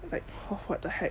but of what the heck